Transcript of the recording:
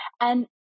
And-